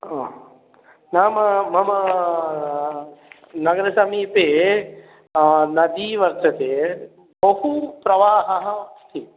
नाम मम नगरसमीपे नदी वर्तते बहु प्रवाहः अस्ति